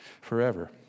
forever